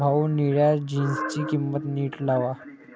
भाऊ, निळ्या जीन्सची किंमत नीट लावा